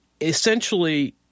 essentially